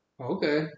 Okay